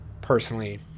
personally